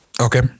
Okay